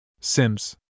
Sims